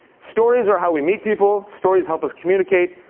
stories are how we meet people. stories help us communicate.